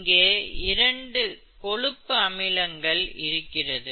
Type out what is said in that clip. இங்கே இரண்டு கொழுப்பு அமிலங்கள் இருக்கிறது